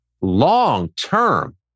long-term